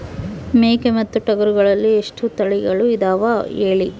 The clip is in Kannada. ಮೇಕೆ ಮತ್ತು ಟಗರುಗಳಲ್ಲಿ ಎಷ್ಟು ತಳಿಗಳು ಇದಾವ ಹೇಳಿ?